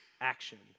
action